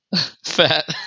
Fat